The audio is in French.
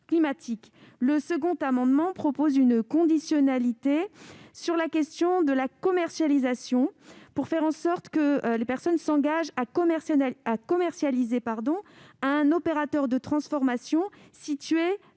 climatique. L'amendement n° I-767 rectifié prévoit une conditionnalité sur la question de la commercialisation, pour faire en sorte que les personnes s'engagent à commercialiser à un opérateur de transformation situé